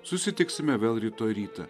susitiksime vėl rytoj rytą